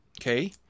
Okay